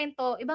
ibang